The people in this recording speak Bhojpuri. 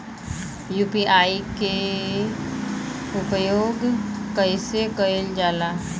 यू.पी.आई के उपयोग कइसे कइल जाला?